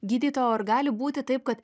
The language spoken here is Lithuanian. gydytoja o ar gali būti taip kad